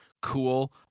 Cool